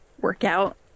workout